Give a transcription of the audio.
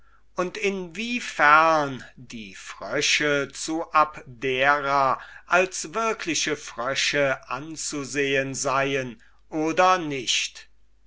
und in wiefern die frösche zu abdera als wirkliche frösche anzusehen seien oder nicht